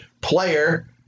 player